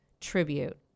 tribute